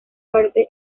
parte